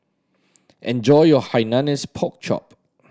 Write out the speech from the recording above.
enjoy your Hainanese Pork Chop